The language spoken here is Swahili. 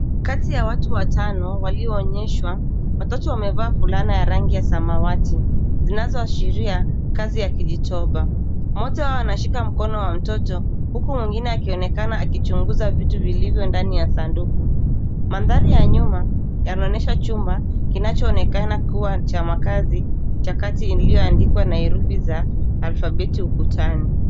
Kati ya watu watano waliyoonyeshwa, watoto wamevaa fulana ya rangi ya samawati, zinazoashiria kazi. Mmoja anashika mkono wa mtoto, huku mwingine akionekana akichunguza vitu vilivyo ndani ya sanduku. Mandhari ya nyuma yanaonyesha chumba kinachoonekana kuwa cha makazi cha kati iliyoandikwa herufi za alfabeti ukutani.